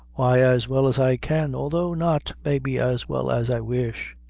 why, as well as i can although not, maybe, as well as i wish.